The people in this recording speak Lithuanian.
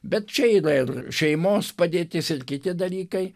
bet čia yra ir šeimos padėtis ir kiti dalykai